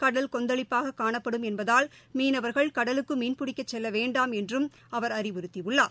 கடல் கொந்தளிப்பாக காணப்படும் என்பதால் மீனவர்கள் கடலுக்குள் மீன்பிடிக்கச் செல்ல வேண்டாம் என்றும் அவர் அறிவுறுத்தியுள்ளார்